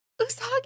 Usagi